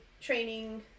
training